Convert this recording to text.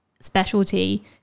specialty